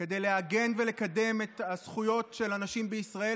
כדי לעגן ולקדם את הזכויות של הנשים בישראל.